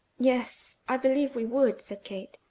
yes, i believe we would, said kate.